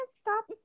stop